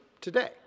today